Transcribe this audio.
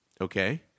Okay